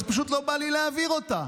אז פשוט לא בא לי להעביר אותה.